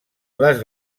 les